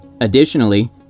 Additionally